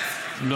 איציק, זה לא